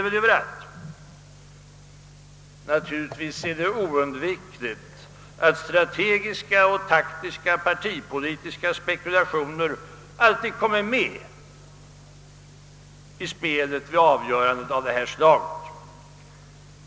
Givetvis är det oundvikligt att strategiska och taktiska partipolitiska spekulationer alltid kommer med i spelet vid avgöranden av detta slag.